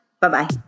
Bye-bye